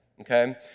okay